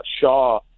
Shaw